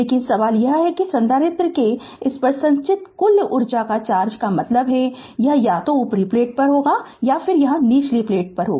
लेकिन सवाल यह है कि संधारित्र के इस पर संचित कुल चार्ज का मतलब है कि यह या तो ऊपरी प्लेट है या निचली प्लेट पर है